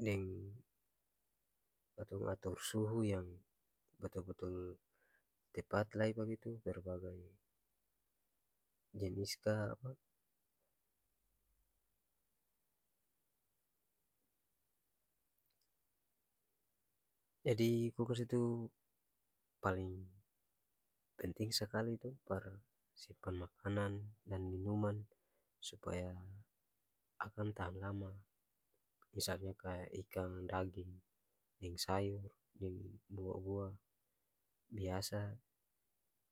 deng katong ator suhu yang betul-betul tepat lai bagitu berbagai jenis ka jadi kulkas itu paleng penting sekali to par simpan makanan dan minuman supaya akang tahan lama misalnya kaya ikang, daging, deng sayur deng bua-bua biasa.